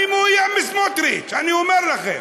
אני מאוים מסמוטריץ, אני אומר לכם.